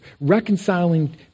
reconciling